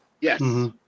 Yes